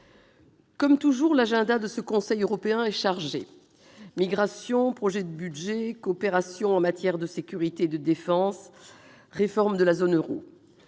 comme toujours, l'agenda de la réunion du Conseil européen est chargé : migrations, projet de budget, coopération en matière de sécurité et de défense, ou encore réforme de la zone euro